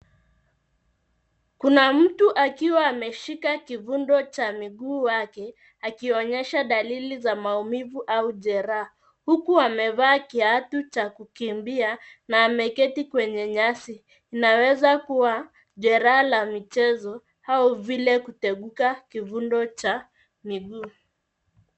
Kuna mtu akiwa ameshika kivundo cha miguu wake akionyesha dalili za maumivu au jeraha, huku amevaa kiatu cha kukimbia na ameketi kwenye nyasi, inaweza kuwa jeraha la michezo au vile kuteguka kivundo cha miguu.